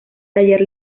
taller